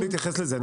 אני